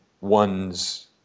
one's